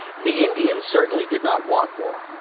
the indians certainly did not want war,